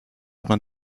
man